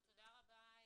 תודה רבה,